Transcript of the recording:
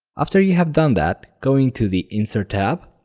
after you have done that, go into the insert tab,